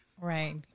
right